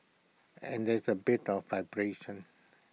and there's A bit of vibration